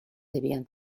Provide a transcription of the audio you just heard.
debían